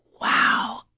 Wow